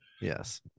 Yes